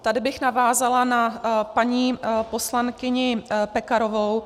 Tady bych navázala na paní poslankyni Pekarovou.